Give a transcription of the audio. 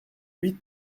huit